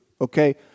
Okay